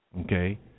Okay